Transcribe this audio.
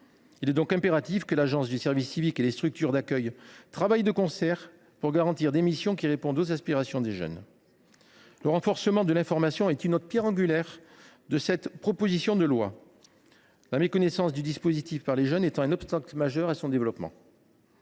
Il est donc impératif que l’Agence du service civique et les structures d’accueil travaillent de concert pour garantir que les missions proposées répondent aux aspirations des jeunes. Le renforcement de l’information est une autre pierre angulaire de cette proposition de loi. La méconnaissance du dispositif par les jeunes constitue un obstacle majeur à son développement.